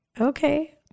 okay